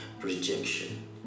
rejection